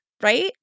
right